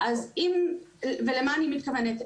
ולמה אני מתכוונת?